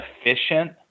efficient